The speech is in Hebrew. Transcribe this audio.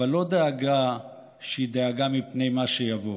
אבל לא דאגה שהיא דאגה מפני מה שיבוא